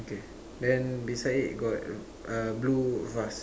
okay then beside it got uh blue vase